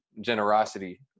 Generosity